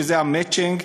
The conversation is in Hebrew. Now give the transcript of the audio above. שזה המצ'ינג,